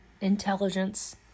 intelligence